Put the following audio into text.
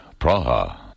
Praha